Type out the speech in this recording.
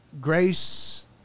grace